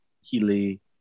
Healy